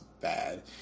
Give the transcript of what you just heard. bad